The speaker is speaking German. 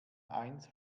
eins